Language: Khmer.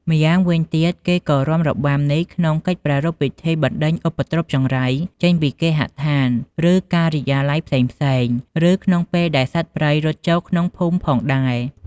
ម្យ៉ាងវិញទៀតគេក៏រាំរបាំនេះក្នុងកិច្ចប្រារព្ធពិធីបណ្ដេញឧបទ្រពចង្រៃចេញពីគេហដ្ឋាន ឬការិយាល័យផ្សេងៗ ឬក្នុងពេលដែលសត្វព្រៃរត់ចូលស្រុកភូមិផងដែរ។